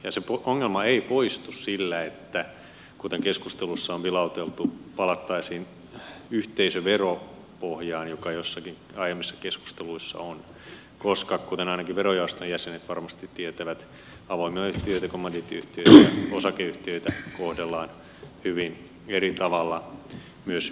se ongelma ei poistu sillä kuten keskustelussa on vilauteltu että palattaisiin yhteisöveropohjaan joka joissakin aiemmissa keskusteluissa on ollut koska kuten ainakin verojaoston jäsenet varmasti tietävät avoimia yhtiöitä kommandiittiyhtiöitä osakeyhtiöitä kohdellaan hyvin eri tavalla myös yhteisöveron osalta